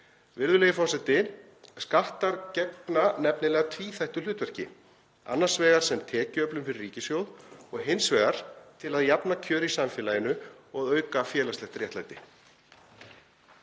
Virðulegur forseti. Skattar gegna nefnilega tvíþættu hlutverki, annars vegar sem tekjuöflun fyrir ríkissjóð og hins vegar til að jafna kjör í samfélaginu og auka félagslegt réttlæti.